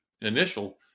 initial